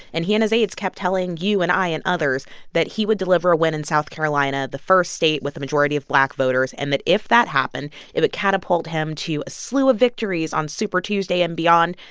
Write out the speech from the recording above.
and he and his aides kept telling you and i and others that he would deliver a win in south carolina, the first state with a majority of black voters, and that if that happened, it would catapult him to a slew of victories on super tuesday and beyond.